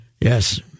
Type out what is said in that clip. Yes